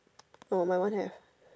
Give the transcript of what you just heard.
oh my one have